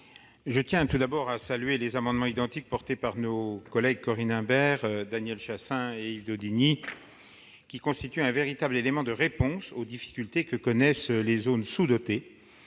Je tiens à saluer les amendements identiques portés par nos collègues Corinne Imbert, Daniel Chasseing et Yves Daudigny, qui constituent un véritable élément de réponse aux difficultés que connaissent les zones sous-dotées.